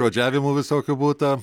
žodžiavimų visokių būta